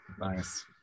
nice